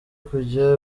kujya